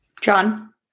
john